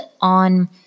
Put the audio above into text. on